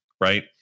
Right